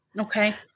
Okay